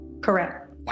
Correct